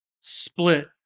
split